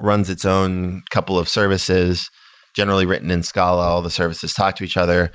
runs its own couple of services generally written in scala. all the services talk to each other,